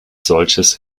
solches